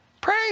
Pray